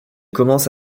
commence